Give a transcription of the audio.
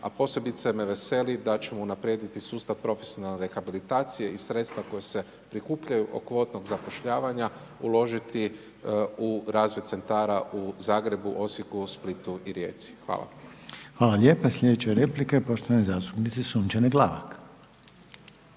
A posebice me veseli da ćemo unaprijediti sustav profesionalne rehabilitacije i sredstva koja se prikupljaju …/Govornik se ne razumije./… kvotnog zapošljavanja uložiti u razvoj centara u Zagrebu, Osijeku, Splitu i Rijeci. Hvala. **Reiner, Željko (HDZ)** Hvala lijepa. Sljedeća replika je poštovane zastupnice Sunčane Glavak.